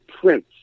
prince